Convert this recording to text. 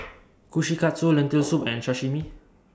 Kushikatsu Lentil Soup and Sashimi